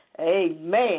Amen